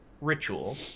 ritual